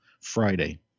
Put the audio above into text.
Friday